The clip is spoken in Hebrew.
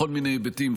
בכל מיני היבטים,